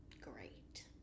great